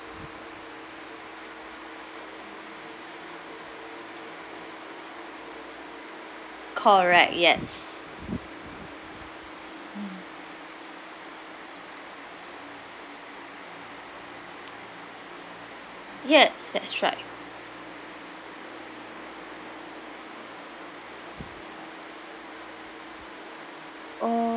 correct yes yes that's right